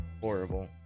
horrible